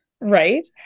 Right